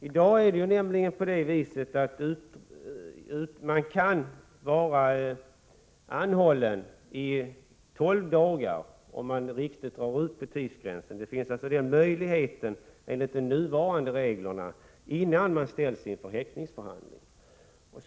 I dag kan nämligen en person vara anhållen i tolv dagar, om man riktigt drar ut på tidsgränsen, innan han ställs inför häktningsförhandling. Den möjligheten finns alltså enligt de nuvarande reglerna.